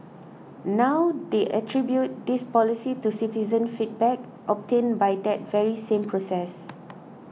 now they attribute this policy to citizen feedback obtained by that very same process